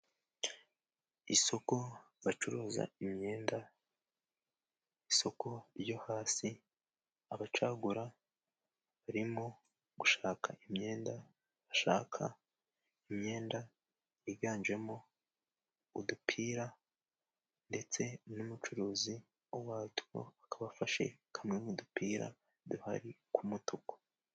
Isoko bacuruza imyenda: Isoko ryo hasi abacagura bar imo gushaka imyenda, bashaka imyenda yiganjemo udupira, ndetse n'umucuruzi wa two akaba afashe kamwe mu udupira duhari k'umutuku.